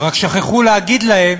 רק שכחו להגיד להם